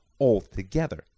altogether